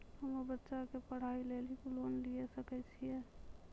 हम्मे बच्चा के पढ़ाई लेली लोन लिये सकय छियै?